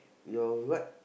you are right